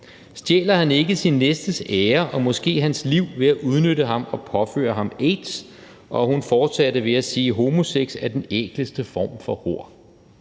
Stjæler han ikke sin næstes ære og måske hans liv ved at udnytte ham og påføre ham aids? Og hun fortsatte ved at sige: Homosex er den ækleste form for hor.